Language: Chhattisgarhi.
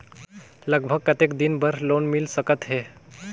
लगभग कतेक दिन बार लोन मिल सकत हे?